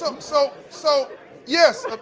um so so, yes.